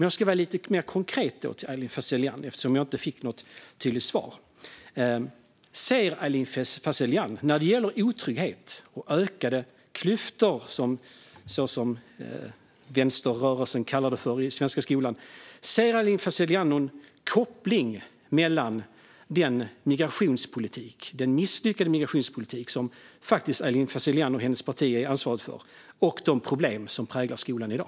Jag ska vara lite mer konkret i min fråga till Aylin Fazelian eftersom jag inte fick något tydligt svar. När det gäller otrygghet och ökade klyftor, som vänsterrörelsen kallar det, i svenska skolan undrar jag: Ser Aylin Fazelian någon koppling mellan den misslyckade migrationspolitik som hon och hennes parti är ansvariga för och de problem som präglar skolan i dag?